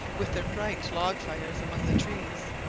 with their bright log-fire among the trees,